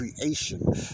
creation